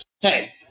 hey